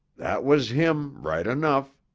that was him right enough!